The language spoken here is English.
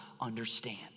understand